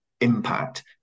impact